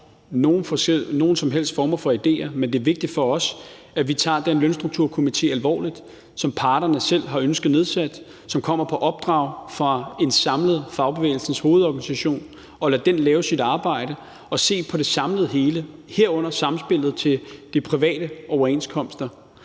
nogen som helst former for idéer, men det er vigtigt for os, at vi tager den lønstrukturkomité, som parterne selv har ønsket nedsat, som kommer på opdrag fra en samlet Fagbevægelsens Hovedorganisation, alvorligt og lader den lave sit arbejde med at se på det samlede hele, herunder samspillet med de private overenskomster.